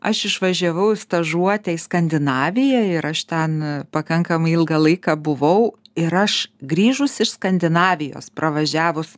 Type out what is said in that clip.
aš išvažiavau į stažuotę į skandinaviją ir aš ten pakankamai ilgą laiką buvau ir aš grįžus iš skandinavijos pravažiavus